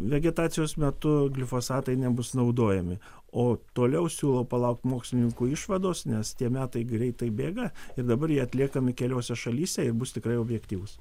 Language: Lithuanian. vegetacijos metu glifosatai nebus naudojami o toliau siūlau palaukt mokslininkų išvados nes tie metai greitai bėga ir dabar jie atliekami keliose šalyse ir bus tikrai objektyvūs